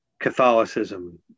Catholicism